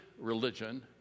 religion